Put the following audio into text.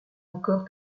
encore